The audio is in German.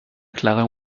klare